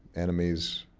enemies,